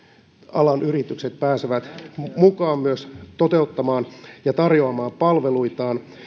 alan yritykset pääsevät mukaan toteuttamaan ja tarjoamaan palveluitaan